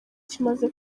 kimaze